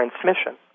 transmission